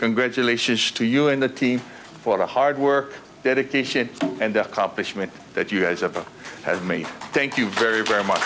congratulations to you and the team for the hard work dedication and accomplishment that you guys have had me thank you very very much